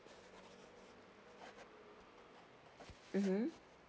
mmhmm